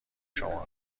شمارو